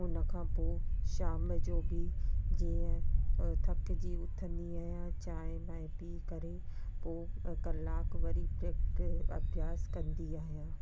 हुन खां पोइ शाम जो बि जीअं थकिजी उथंदी आहियां चांहि वांहि पी करे पोइ कलाकु वरी प्रैक अभ्यास कंदी आहियां